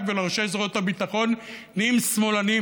ולראשי זרועות הביטחון נהיים שמאלנים.